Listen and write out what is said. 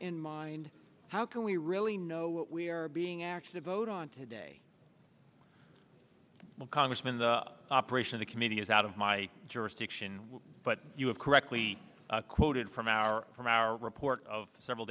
in mind how can we really know what we are being active vote on today well congressman the operation the committee is out of my jurisdiction but you have correctly quoted from our from our report of several